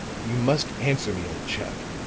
you must answer me, old chap